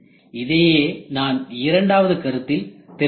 இதையே நான் இரண்டாவது கருத்தில் தெரிவித்தேன்